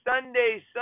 Sunday